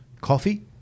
Coffee